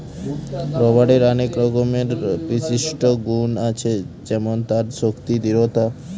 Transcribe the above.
রবারের আনেক রকমের বিশিষ্ট গুন আছে যেমন তার শক্তি, দৃঢ়তা